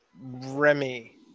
Remy